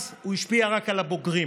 אז הוא השפיע רק על הבוגרים,